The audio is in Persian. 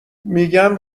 میگن